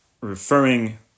referring